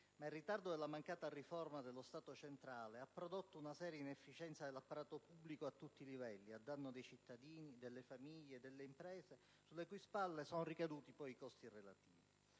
ma il ritardo della mancata riforma dello Stato centrale ha prodotto una seria inefficienza dell'apparato pubblico a tutti i livelli, a danno dei cittadini, delle famiglie e delle imprese, sulle cui spalle sono ricaduti poi i costi relativi.